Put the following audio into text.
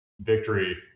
victory